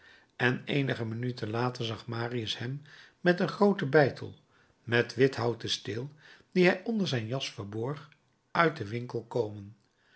en eenige minuten later zag marius hem met een grooten beitel met wit houten steel dien hij onder zijn jas verborg uit den winkel komen